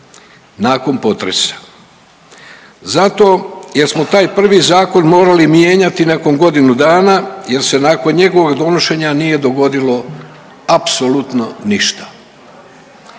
nakon potresa. Zato jer smo taj prvi zakon morali mijenjati nakon godinu dana jer se nakon njegovog donošenja nije dogodilo apsolutno ništa.